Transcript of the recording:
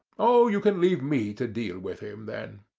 oh, you can leave me to deal with him then.